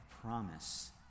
promise